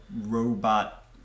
robot